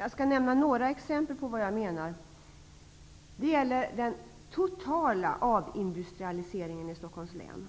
Jag skall nämna några exempel på vad jag menar: Det gäller den totala avindustrialiseringen i Stockholms län --